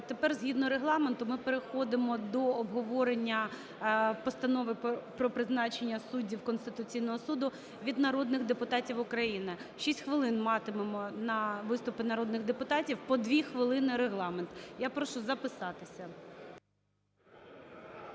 тепер згідно Регламенту ми переходимо до обговорення Постанови про призначення суддів Конституційного Суду. Від народних депутатів України 6 хвилин матимемо на виступи народних депутатів, по 2 хвилини – регламент. Я прошу записатися.